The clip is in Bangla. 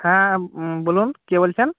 হ্যাঁ বলুন কে বলছেন